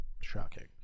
Shocking